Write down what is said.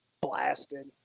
blasted